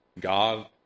God